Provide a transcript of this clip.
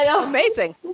amazing